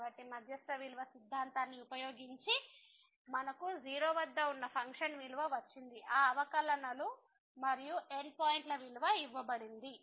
కాబట్టి మధ్యస్థ విలువ సిద్ధాంతాన్ని ఉపయోగించి మనకు 0 వద్ద ఉన్న ఫంక్షన్ విలువ వచ్చింది ఆ అవకలనలు మరియు ఎండ్ పాయింట్ల విలువ ఇవ్వబడింది